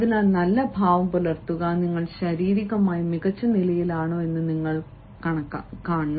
അതിനാൽ നല്ല ഭാവം പുലർത്തുക നിങ്ങൾ ശാരീരികമായി മികച്ച നിലയിലാണോ എന്ന് നിങ്ങൾ കാണുന്നു